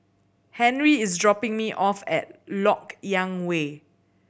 Henri is dropping me off at Lok Yang Way